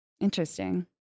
Interesting